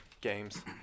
games